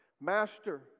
Master